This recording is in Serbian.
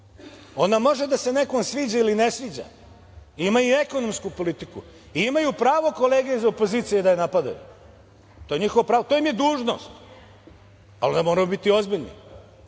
Ona može da se nekom sviđa ili ne sviđa. Ima i ekonomsku politiku. I imaju pravo kolege iz opozicije da je napadaju. To je njihovo pravo, to im je dužnost. Ali, moraju biti ozbiljni.